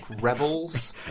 Rebels